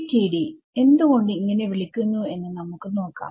FDTD എന്ത് കൊണ്ട് ഇങ്ങനെ വിളിക്കുന്നു എന്ന് നമുക്ക് നോക്കാം